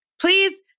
please